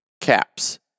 caps